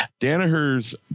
Danaher's